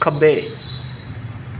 ਖੱਬੇ